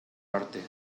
arte